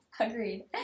Agreed